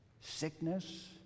sickness